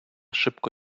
szybko